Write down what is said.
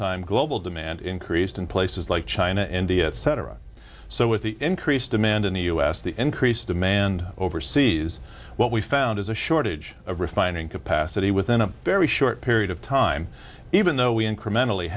time global demand increased in places like china india etc so with the increased demand in the us the increased demand overseas what we found is a shortage of refining capacity within a very short period of time even though we incrementally